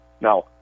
Now